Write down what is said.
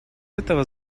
этого